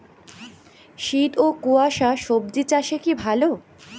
শীত ও কুয়াশা স্বজি চাষে কি ভালো?